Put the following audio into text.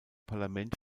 parlament